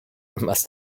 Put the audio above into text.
must